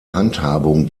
handhabung